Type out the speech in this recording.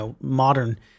modern